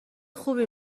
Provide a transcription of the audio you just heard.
خوبی